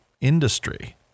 industry